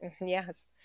Yes